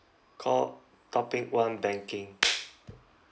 call topic one banking